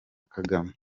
kagame